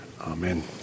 amen